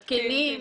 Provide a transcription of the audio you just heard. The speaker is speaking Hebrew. עם מתקינים,